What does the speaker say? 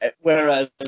Whereas